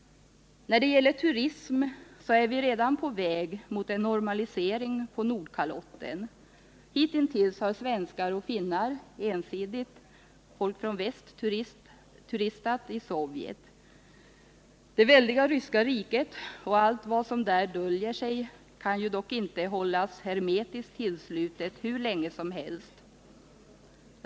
När det gäller turism är vi redan på väg mot en normalisering på Nordkalotten. Hitintills har svenskar och finnar turistat i Sovjet — alltså ensidigt folk från väst. Det väldiga ryska riket med allt vad som där döljer sig kan dock inte hållas hermetiskt tillslutet hur länge som helst.